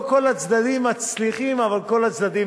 כל הצדדים מרוצים,